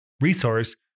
resource